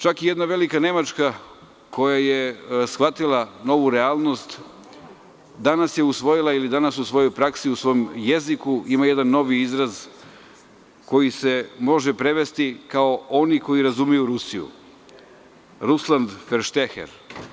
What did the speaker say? Čak i jedna velika Nemačka koja je shvatila novu realnost, danas je usvojila ili danas u svojoj praksi, u svom jeziku ima jedna novi izraz koji se može prevesti oni koji razumeju Rusiju, Russland verstehen.